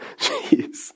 Jeez